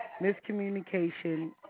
Miscommunication